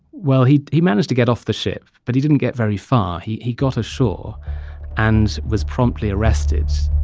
well, he he managed to get off the ship, but he didn't get very far. he he got ashore and was promptly arrested